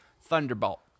Thunderbolt